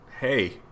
hey